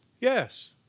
Yes